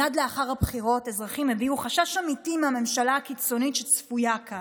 מייד לאחר הבחירות אזרחים הביעו חשש אמיתי מהממשלה הקיצונית שצפויה כאן,